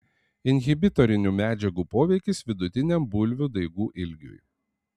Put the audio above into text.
inhibitorinių medžiagų poveikis vidutiniam bulvių daigų ilgiui